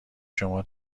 شما